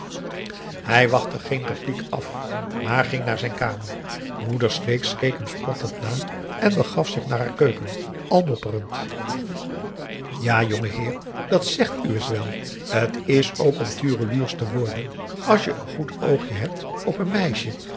hij wachtte geen repliek af maar ging naar zijn kamer moeder sleeks keek hem spottend na en begaf zich naar haar keuken al mopperend ja jongeheer dat zegt uwes wèl t is ook om tureluursch te worden as je n goed oogie hebt op een meissie